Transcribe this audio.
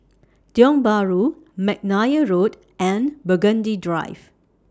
Tiong Bahru Mcnair Road and Burgundy Drive